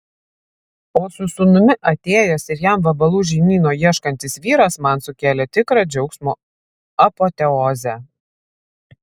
o su sūnumi atėjęs ir jam vabalų žinyno ieškantis vyras man sukėlė tikrą džiaugsmo apoteozę